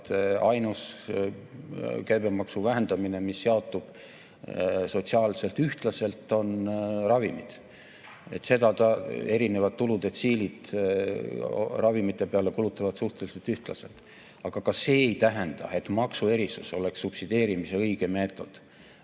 ainus käibemaksu vähendamine, mis jaotub sotsiaalselt ühtlaselt, on ravimite puhul. Erinevad tuludetsiilid kulutavad ravimite peale suhteliselt ühtlaselt. Aga ka see ei tähenda, et maksuerisus oleks subsideerimise õige meetod.